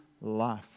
life